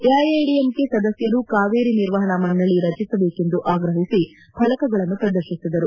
ಎಐಎಡಿಎಂಕೆ ಸದಸ್ಕರು ಕಾವೇರಿ ನಿರ್ವಹಣಾ ಮಂಡಳಿ ರಚಿಸಬೇಕೆಂದು ಆಗ್ರಹಿಸಿ ಫಲಕಗಳನ್ನು ಪ್ರದರ್ಶಿಸಿದರು